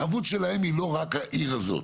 החבות שלהם היא לא רק העיר הזאת.